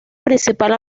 principal